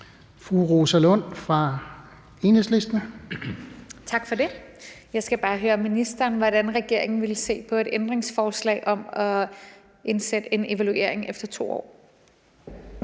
Rosa Lund (EL): Tak for det. Jeg skal bare høre ministeren, hvordan regeringen vil se på et ændringsforslag om at indsætte en evaluering efter 2 år.